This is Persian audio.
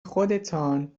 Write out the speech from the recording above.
خودتان